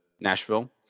Nashville